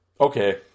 okay